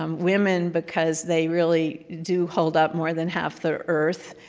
um women because they really do hold up more than half the earth,